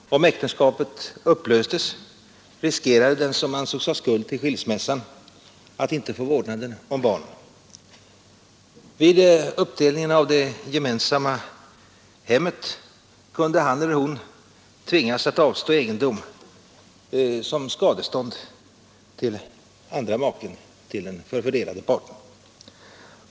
Om äktenskapet upplöstes riskerade den som ansågs ha skuld till skilsmässan att inte få vårdnaden om barnen. Vid uppdelningen av det gemensamma hemmet kunde han eller hon tvingas att avstå egendom som skadestånd till andra maken, till den förfördelade parten.